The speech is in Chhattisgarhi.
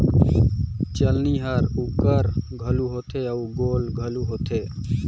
चलनी हर चउकोर घलो होथे अउ गोल घलो होथे